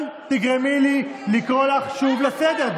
אל תגרמי לי לקרוא אותך שוב לסדר.